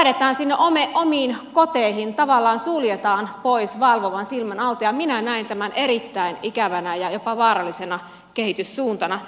elikkä vanhukset häädetään omiin koteihin tavallaan suljetaan pois valvovan silmän alta ja minä näen tämän erittäin ikävänä ja jopa vaarallisena kehityssuuntana